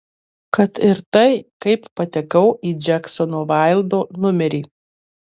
kad ir tai kaip patekau į džeksono vaildo numerį